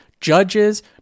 judges